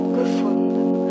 gefunden